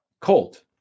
cold